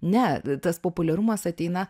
ne tas populiarumas ateina